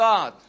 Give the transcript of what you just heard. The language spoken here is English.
God